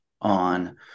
on